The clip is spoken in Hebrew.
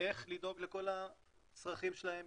איך לדאוג לכל הצרכים שלהם,